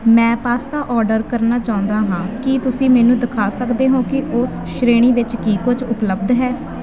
ਮੈਂ pasta order ਕਰਨਾ ਚਾਹੁੰਦਾ ਹਾਂ ਕੀ ਤੁਸੀਂ ਮੈਨੂੰ ਦਿਖਾ ਸਕਦੇ ਹੋ ਕਿ ਉਸ ਸ਼੍ਰੇਣੀ ਵਿੱਚ ਕੀ ਕੁਛ ਉਪਲੱਬਧ ਹੈ